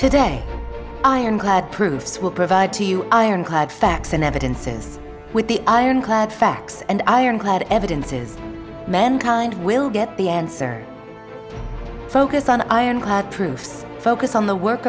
today ironclad proof swill provided to you iron clad facts in evidence is with the iron clad facts and iron clad evidence is mankind will get the answer focused on iron clad proofs focus on the work